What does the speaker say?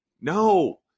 No